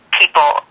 people